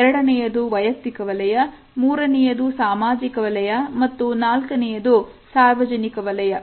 ಎರಡನೆಯದು ವೈಯಕ್ತಿಕ ವಲಯ ಮೂರನೆಯದು ಸಾಮಾಜಿಕ ವಲಯ ಮತ್ತು ನಾಲ್ಕನೆಯದು ಸಾರ್ವಜನಿಕ ವಲಯ